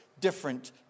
different